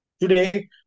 Today